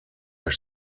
are